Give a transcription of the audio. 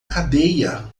cadeia